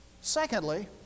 Secondly